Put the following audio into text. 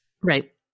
Right